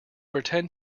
pretend